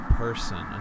person